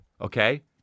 okay